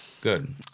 Good